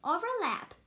Overlap